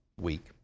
week